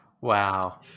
Wow